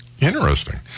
Interesting